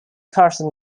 carson